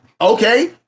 okay